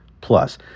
Plus